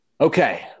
Okay